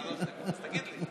שלוש דקות, אז תגיד לי.